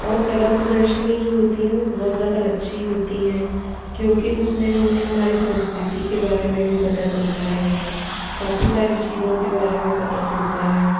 और कला प्रदर्शनी जो होती हैं वो बहुत ज़्यादा अच्छी होती हैं क्योंकि उसमें हमें हमारे संस्कृति के बारे में भी पता चलता है काफी सारी चीजों के बारे में पता चलता है